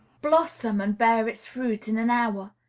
blossom, and bear its fruit in an hour,